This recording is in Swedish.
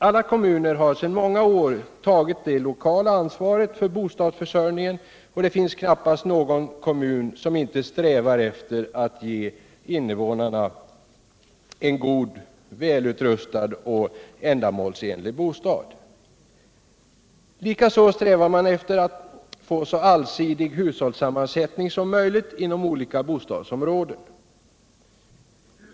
Alla kommuner har sedan många år tagit det lokala ansvaret för bostadsförsörjningen, och det finns knappast någon kommun som inte strävar efter att ge invånarna en god, välutrustad och ändamålsenlig bostad. Likaså strävar man efter att få så allsidig hushållssammansättning som möjligt inom olika bostadsområden.